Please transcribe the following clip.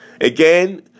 Again